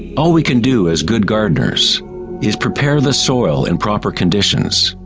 all we can do as good gardeners is prepare the soil and proper conditions,